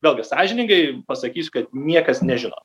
vėlgi sąžiningai pasakysiu kad niekas nežino